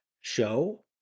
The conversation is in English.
show